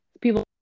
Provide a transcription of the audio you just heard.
people